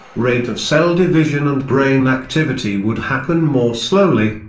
rate of cell division and brain activity would happen more slowly.